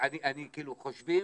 חושבים